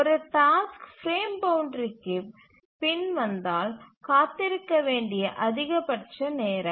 ஒரு task frame பவுண்ட்றிக்குப் பின் வந்தால் காத்திருக்க வேண்டிய அதிகபட்ச நேரம்